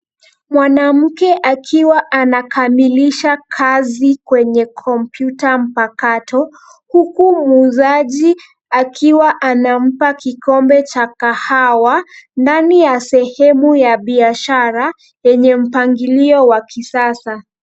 Mwanamke akiwa anakamilisha kazi, kwenye komputa mpakato, huku muuzaji akiwa anampa kikombe cha kahawa ndani ya sehemu ya biashara ,yenye mpangilio wa kisasa.